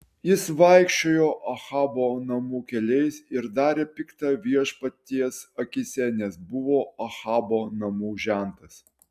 jis vaikščiojo ahabo namų keliais ir darė pikta viešpaties akyse nes buvo ahabo namų žentas